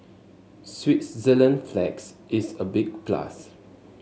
Switzerland flags is a big plus